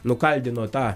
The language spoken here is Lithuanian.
nukaldino tą